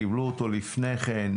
קיבלו אותו לפני כן,